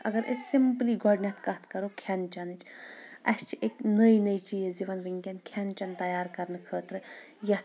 اگر أسۍ سمپلی گۄڈۄنٮ۪تھ کتھ کرو کھٮ۪ن چٮ۪نٕچ اسہِ چہِ أکے نٔۍ نٔۍ چیٖز یِوان ؤنکیٚن کھٮ۪ن چٮ۪ن تیار کرنہٕ خٲطرٕ یتھ